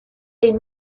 est